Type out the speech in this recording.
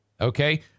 Okay